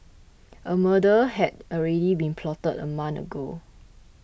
a murder had already been plotted a month ago